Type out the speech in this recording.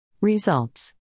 Results